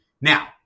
Now